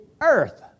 earth